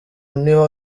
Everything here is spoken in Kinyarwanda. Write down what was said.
niho